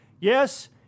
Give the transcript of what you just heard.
Yes